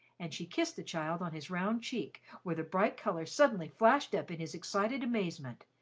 and she kissed the child on his round cheek, where the bright colour suddenly flashed up in his excited amazement.